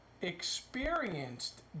experienced